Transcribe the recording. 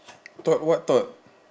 thought what thought